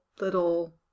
little